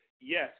yes